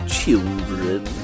children